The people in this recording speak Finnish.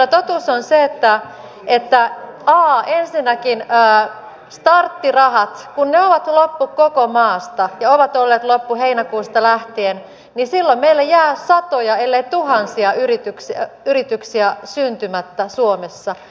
kyllä totuus on se että ensinnäkin kun starttirahat ovat loppu koko maasta ja ovat olleet loppu heinäkuusta lähtien meillä jää satoja ellei tuhansia yrityksiä syntymättä suomessa